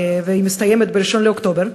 והיא מסתיימת ב-1 באוקטובר,